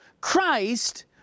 Christ